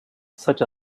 such